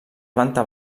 planta